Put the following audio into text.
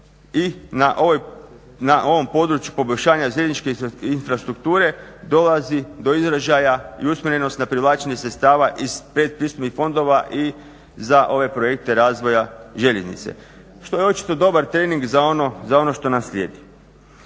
i na ovom području poboljšanja željezničke infrastrukture dolazi do izražaja i usmjerenost na privlačenje sredstava iz 5 pristupnih fondova i za ove projekte razvoja željeznice. Što je očito dobar trening za ono što nas slijedi.